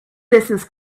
business